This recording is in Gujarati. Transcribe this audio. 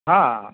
હા